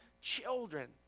children